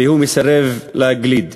והוא מסרב להגליד.